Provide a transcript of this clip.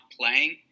playing